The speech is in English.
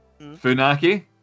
Funaki